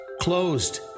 Closed